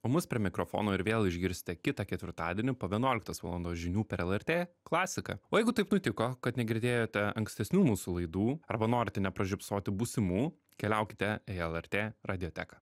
o mus prie mikrofono ir vėl išgirsite kitą ketvirtadienį po vienuoliktos valandos žinių per lrt klasiką o jeigu taip nutiko kad negirdėjote ankstesnių mūsų laidų arba norite nepražiopsoti būsimų keliaukite į lrt radioteką